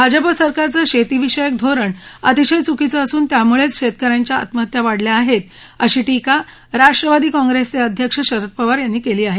भाजप सरकारचं शेतीविषयक धोरण अतिशय चुकीचं असून त्यामुळेच शेतकऱ्यांच्या आत्महत्या वाढल्या आहेत अशी टीका राष्ट्रवादी काँप्रेसचे अध्यक्ष शरद पवार यांनी केली आहे